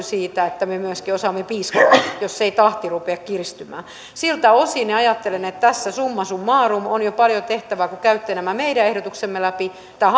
siitä että me myöskin osaamme piiskata jos ei tahti rupea kiristymään siltä osin ajattelen että tässä summa summarum on jo paljon tehtävää kun käytte nämä meidän ehdotuksemme läpi tämän